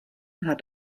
hat